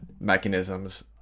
mechanisms